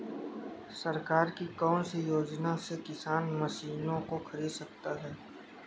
सरकार की कौन सी योजना से किसान मशीनों को खरीद सकता है?